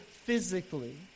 physically